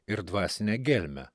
ir dvasinę gelmę